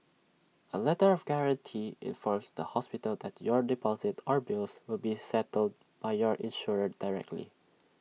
A letter of guarantee informs the hospital that your deposit or bills will be settled by your insurer directly